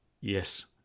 yes